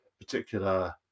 particular